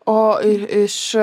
o ir iš